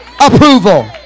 approval